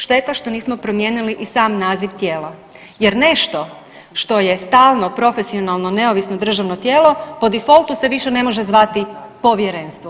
Šteta što nismo promijenili i sam naziv tijela, jer nešto što je stalno profesionalno neovisno državno tijelo po difoltu se više ne može zvati povjerenstvo.